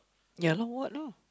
ya loh what lah